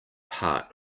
part